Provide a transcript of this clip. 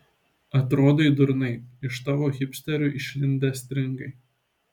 atrodai durnai iš tavo hipsterių išlindę stringai